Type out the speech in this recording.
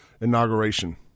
inauguration